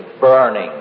burning